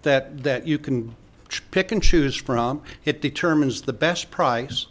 that that you can pick and choose from it determines the best price